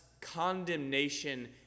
condemnation